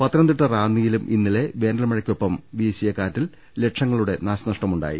പത്തനംതിട്ട റാന്നിയിലും ഇന്നലെ വേനൽമഴയ്ക്കൊപ്പം വീശിയ കാറ്റിൽ ലക്ഷങ്ങളുടെ നാശനഷ്ടമുണ്ടായി